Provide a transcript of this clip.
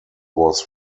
was